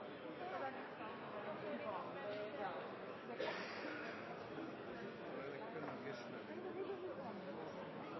situasjonen. Jeg kan